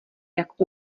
jak